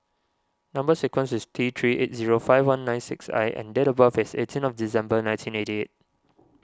Number Sequence is T three eight zero five one nine six I and date of birth is eighteen of December nineteen eighty eight